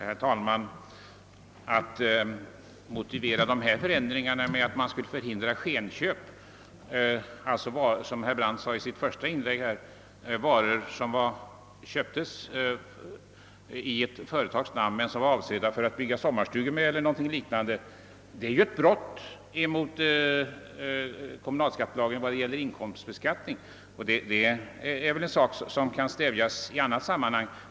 Herr talman! Motiveringen för dessa ändringar skulle alltså vara att man vill förhindra skenköp, alltså att varor köpes i ett företags namn men är avsedda att användas för att bygga t.ex. en sommarstuga. Detta är emellertid ett brott mot kommunalskattelagen vad gäller inkomstbeskattningen, och det är väl en sak som kan stävjas i annat sammanhang.